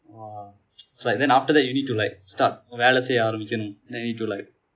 !wah! so like then after that you need to like start வேலை செய்ய ஆரம்பிக்கனும்:velai seiya aarambikanum then need to like